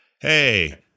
hey